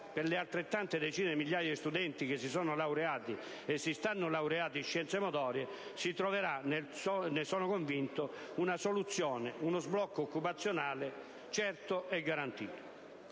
per le altrettante decine di migliaia di studenti che si sono laureati e si stanno laureando in scienze motorie, si troverà - ne sono convinto - una soluzione, uno sbocco occupazionale certo e garantito.